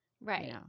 Right